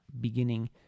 beginning